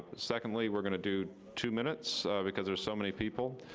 secondly, we're gonna do two minutes, because there's so many people.